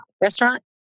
restaurant